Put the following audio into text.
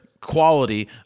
quality